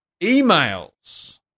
emails